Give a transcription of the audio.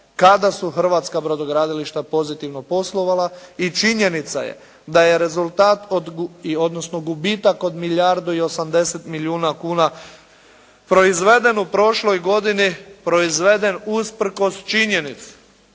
kada su hrvatska brodogradilišta pozitivno poslovala i činjenica je da je rezultat, odnosno gubitak od milijardu i 80 milijuna kuna proizveden u prošloj godini, proizveden usprkos činjenici